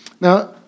Now